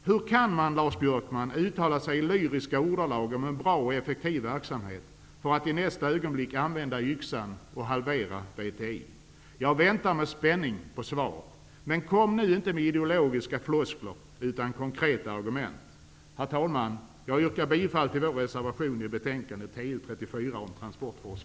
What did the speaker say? Hur kan man, Lars Björkman, uttala sig i lyriska ordalag om en bra och effektiv verksamhet och i nästa ögonblick använda yxan och halvera VTI? Jag väntar med spänning på svar. Men kom nu inte med ideologiska floskler, utan kom med konkreta argument! Herr talman! Jag yrkar bifall till vår reservation i trafikutskottets betänkande TU34 om transportforskning.